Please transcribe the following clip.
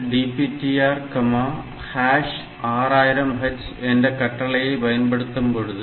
MOV DPTR6000H என்ற கட்டளையை பயன்படுத்தும்பொழுது